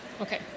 Okay